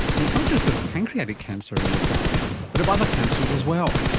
and it's not just of pancreatic cancer in your family but of other cancers as well.